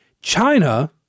China